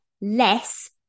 less